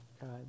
god